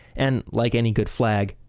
and like any good flag,